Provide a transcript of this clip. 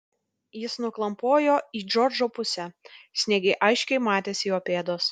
jis nuklampojo į džordžo pusę sniege aiškiai matėsi jo pėdos